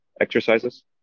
exercises